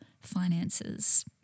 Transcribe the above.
finances